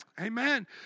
Amen